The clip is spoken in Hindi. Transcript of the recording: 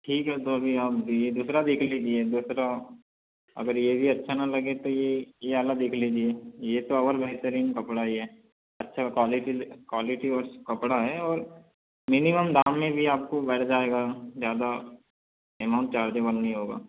ठीक है तो अभी आप यह दूसरा देख लीजिए दूसरा अगर यह भी अच्छा ना लगे तो यह यह वाला देख लीजिए यह तो और बेहतरीन कपड़ा है यह अच्छा क्वालिटी क्वालिटी और कपड़ा है और मिनिमम दाम में भी आपको पड़ जाएगा ज़्यादा अमाउंट चार्जेबल नहीं होगा